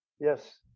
Yes